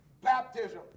baptism